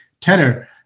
tenor